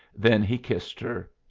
then he kissed her.